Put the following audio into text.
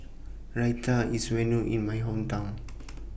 Raita IS Well known in My Hometown